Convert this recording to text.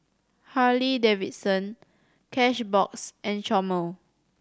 Harley Davidson Cashbox and Chomel